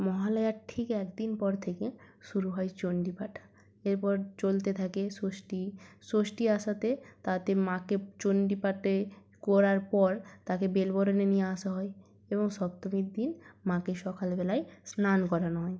মহালয়ার ঠিক একদিন পর থেকে শুরু হয় চণ্ডীপাঠ এরপর চলতে থাকে ষষ্ঠী ষষ্ঠী আসাতে তাতে মাকে চণ্ডীপাঠ করার পর তাকে বেল বরণে নিয়ে আসা হয় এবং সপ্তমীর দিন মাকে সকালবেলায় স্নান করানো হয়